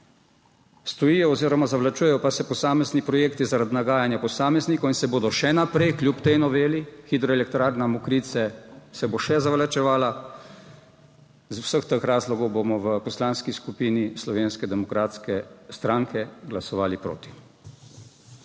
stojijo oziroma zavlačujejo pa se posamezni projekti zaradi nagajanja posameznikov in se bodo še naprej, kljub tej noveli, hidroelektrarna Mokrice se bo še zavlačevala. Zaradi vseh teh razlogov bomo v Poslanski skupini Slovenske demokratske stranke glasovali proti.